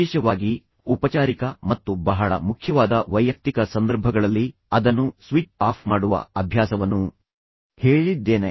ವಿಶೇಷವಾಗಿ ಔಪಚಾರಿಕ ಮತ್ತು ಬಹಳ ಮುಖ್ಯವಾದ ವೈಯಕ್ತಿಕ ಸಂದರ್ಭಗಳಲ್ಲಿ ಅದನ್ನು ಸ್ವಿಚ್ ಆಫ್ ಮಾಡುವ ಅಭ್ಯಾಸವನ್ನೂ ಹೇಳಿದ್ದೇನೆ